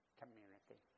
community